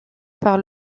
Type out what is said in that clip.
par